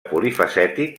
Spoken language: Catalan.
polifacètic